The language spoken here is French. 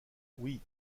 oui